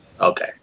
Okay